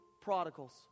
prodigals